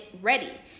ready